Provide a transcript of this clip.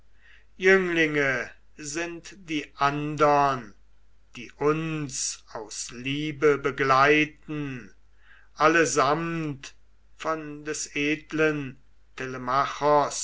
jünglinge sind die andern die uns aus liebe begleiten allesamt von des edlen